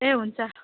ए हुन्छ